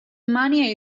money